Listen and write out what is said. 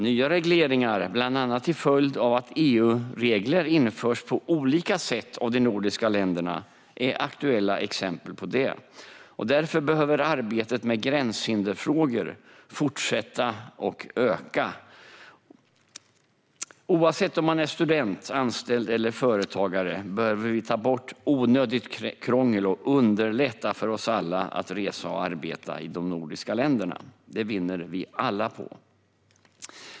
Nya regleringar, bland annat till följd av att EU-regler införs på olika sätt av de nordiska länderna, är aktuella exempel. Därför behöver arbetet med gränshinderfrågor fortsätta - och öka. Oavsett om man är student, anställd eller företagare behöver vi ta bort onödigt krångel och underlätta för oss alla att resa och arbeta i de nordiska länderna. Det vinner vi alla på.